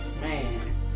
Man